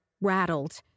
rattled